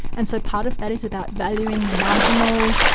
and so part of that is about valuing the marginal,